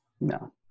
No